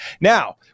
Now